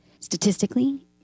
statistically